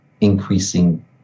increasing